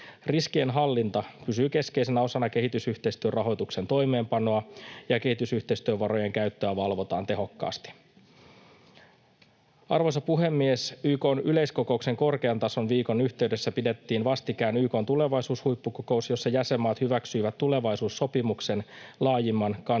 Riskienhallinta pysyy keskeisenä osana kehitysyhteistyön rahoituksen toimeenpanoa, ja kehitysyhteistyövarojen käyttöä valvotaan tehokkaasti. Arvoisa puhemies! YK:n yleiskokouksen korkean tason viikon yhteydessä pidettiin vastikään YK:n tulevaisuushuippukokous, jossa jäsenmaat hyväksyivät tulevaisuussopimuksen — laajimman kansainvälisen